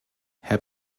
herr